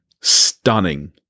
stunning